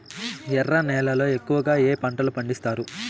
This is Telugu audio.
ఎర్ర నేలల్లో ఎక్కువగా ఏ పంటలు పండిస్తారు